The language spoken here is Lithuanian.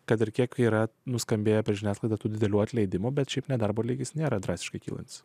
kad ir kiek yra nuskambėję per žiniasklaidą tų didelių atleidimų bet šiaip nedarbo lygis nėra drastiškai kylant